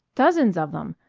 dozens of them.